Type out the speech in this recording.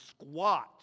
squat